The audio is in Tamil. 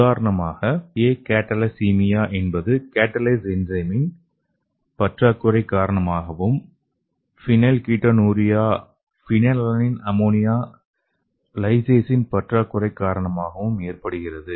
உதாரணமாக ஏகடலசீமியா என்பது கேட்டலேஸ் என்சைமின் பற்றாக்குறை காரணமாகவும் பினைல்கீடோனூரியா ஃபைனிலலனைன் அம்மோனியா லைசேஸின் பற்றாக்குறை காரணமாகவும் ஏற்படுகிறது